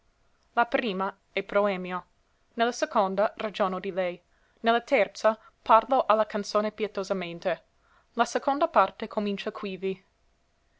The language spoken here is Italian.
la prima è proemio ne la seconda ragiono di lei ne la terza parlo a la canzone pietosamente la seconda parte comincia quivi